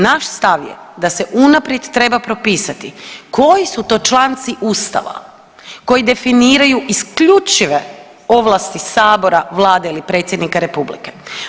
Naš stav je da se unaprijed treba propisati koji su to članci ustava koji definiraju isključive ovlasti sabora, vlade ili predsjednika republike.